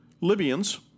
Libyans